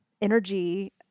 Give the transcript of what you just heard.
energy